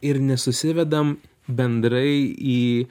ir nesusivedam bendrai į